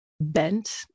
bent